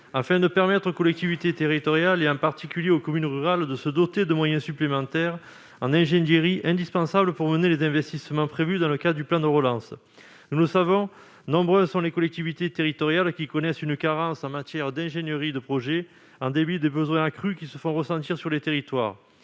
afin de permettre aux collectivités territoriales et en particulier aux communes rurales de se doter de moyens supplémentaires en ingénierie, indispensables pour mener les investissements prévus dans le cadre du plan de relance. Nous le savons, nombreuses sont les collectivités territoriales qui connaissent une carence en matière d'ingénierie de projet, en dépit des besoins accrus qui se font ressentir sur les territoires.